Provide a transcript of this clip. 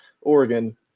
Oregon